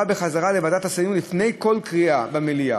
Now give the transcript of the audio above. בחזרה לוועדת השרים לפני כל קריאה במליאה.